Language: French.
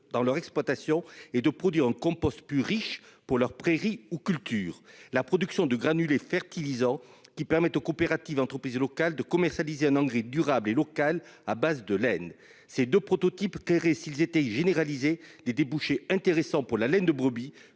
dans leur exploitation et de produire un compost plus riches pour leur prairie ou culture. La production de granulés fertilisant qui permet aux coopératives entreprises locales de commercialiser un Angry durable et locale à base de laine ces 2 prototypes s'ils étaient généralisée des débouchés intéressants pour la laine de brebis